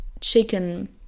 chicken